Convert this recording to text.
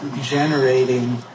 generating